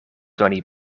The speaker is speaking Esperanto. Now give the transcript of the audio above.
doni